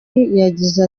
yagize